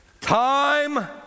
time